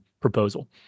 proposal